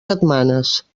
setmanes